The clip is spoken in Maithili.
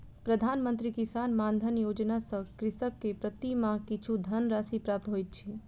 प्रधान मंत्री किसान मानधन योजना सॅ कृषक के प्रति माह किछु धनराशि प्राप्त होइत अछि